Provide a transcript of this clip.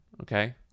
Okay